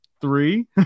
three